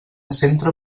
centre